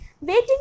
waiting